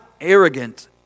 arrogant